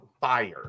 Fire